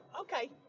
Okay